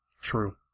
True